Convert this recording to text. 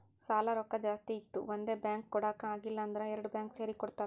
ಸಾಲಾ ರೊಕ್ಕಾ ಜಾಸ್ತಿ ಇತ್ತು ಒಂದೇ ಬ್ಯಾಂಕ್ಗ್ ಕೊಡಾಕ್ ಆಗಿಲ್ಲಾ ಅಂದುರ್ ಎರಡು ಬ್ಯಾಂಕ್ ಸೇರಿ ಕೊಡ್ತಾರ